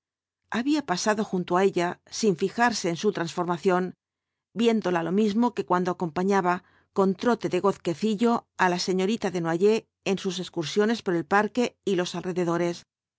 había pasado junto á ella sin fijarse en su transformación viéndola lo mismo que cuando acompañaba con trote de gozquecillo á la señorita desnoyers en sus excursiones por el parque y los alrededores